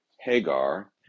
Hagar